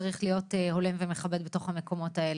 שצריך להיות הולם ומכבד בתוך המקומות האלה.